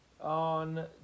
on